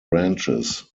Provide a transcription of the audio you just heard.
ranches